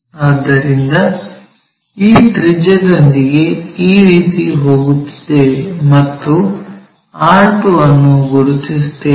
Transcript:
ಆದ್ದರಿಂದ ಈ ತ್ರಿಜ್ಯದೊಂದಿಗೆ ಈ ರೀತಿ ಹೋಗುತ್ತಿದ್ದೇವೆ ಮತ್ತು r2 ಅನ್ನು ಗುರುತಿಸುತ್ತೇವೆ